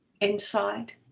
Inside